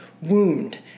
wound